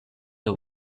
the